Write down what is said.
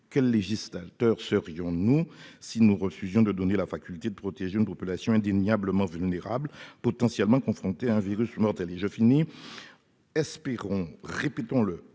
Quel législateur serions-nous si nous refusions de donner au Gouvernement la faculté de protéger une population indéniablement vulnérable, potentiellement confrontée à un virus mortel ? Espérons- répétons-le